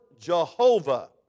Jehovah